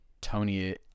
Tony